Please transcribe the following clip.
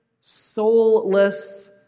soulless